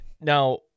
Now